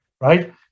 right